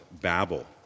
Babel